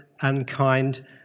unkind